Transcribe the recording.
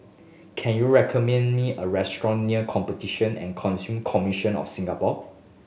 can you recommend me a restaurant near Competition and Consumer Commission of Singapore